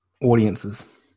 audiences